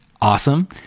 awesome